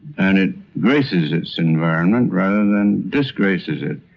and it graces its environment rather than disgraces it.